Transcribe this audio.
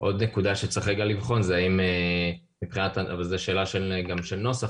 עוד נקודה שצריך רגע לבחון וזו שאלה גם של נוסח,